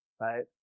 right